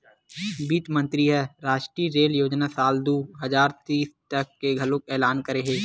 बित्त मंतरी ह रास्टीय रेल योजना साल दू हजार तीस के घलोक एलान करे हे